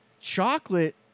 Chocolate